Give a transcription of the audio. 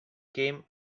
came